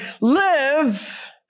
Live